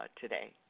today